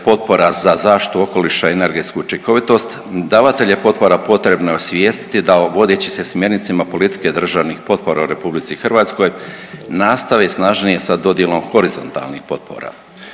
potpora za zaštitu okoliša i energetsku učinkovitost, davatelje potpora potrebno je osvijestiti da, vodeći se smjernicama politike državnih potpora u RH, nastave snažnije sa dodjelom horizontalnih potpora.